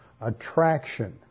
attraction